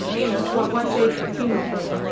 you know, why why say female player?